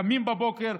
קמים בבוקר,